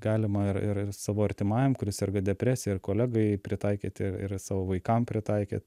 galima ir ir savo artimajam kuris serga depresija ir kolegai pritaikyti ir savo vaikam pritaikyt